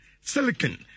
Silicon